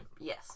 Yes